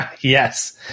Yes